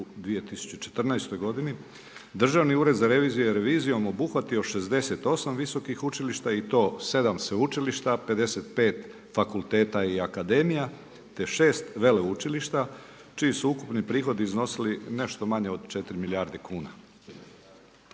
2014. godini Državni ured za reviziju je revizijom obuhvatio 68 visokih učilišta i to 7 sveučilišta, 55 fakulteta i akademija, te 6 veleučilišta čiji su ukupni prihodi iznosili nešto manje od 4 milijarde kuna.